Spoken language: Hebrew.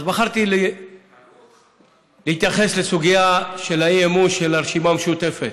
אז בחרתי להתייחס לסוגיה של האי-אמון של הרשימה המשותפת.